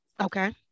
Okay